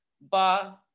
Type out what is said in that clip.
Ba